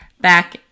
back